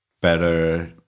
better